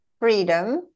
freedom